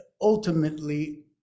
ultimately